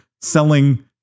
selling